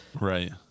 right